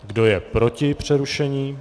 Kdo je proti přerušení?